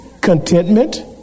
contentment